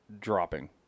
dropping